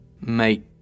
Mate